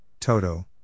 toto